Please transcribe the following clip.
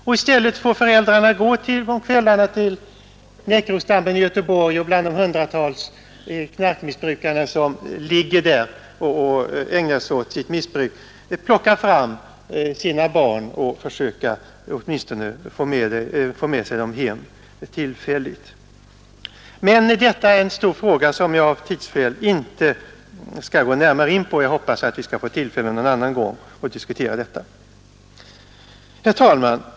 I stället får föräldrarna på kvällarna gå till Näckrosdammen i Göteborg och bland de hundratals knarkmissbrukarna som ligger där och ägnar sig åt sitt missbruk plocka fram sina barn och försöka få dem med hem åtminstone tillfälligt. Men detta är en stor fråga som jag av tidsskäl inte skall gå närmare in på. Jag hoppas att vi skall få tillfälle att diskutera den någon annan gång. Herr talman!